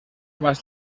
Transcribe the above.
más